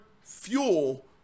fuel